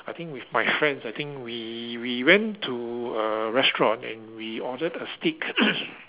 I think with my friends I think we we went to a restaurant and we ordered a steak